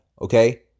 okay